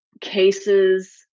cases